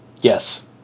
Yes